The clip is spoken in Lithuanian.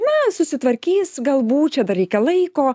na susitvarkys galbūt čia dar reikia laiko